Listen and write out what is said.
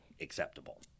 acceptable